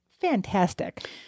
fantastic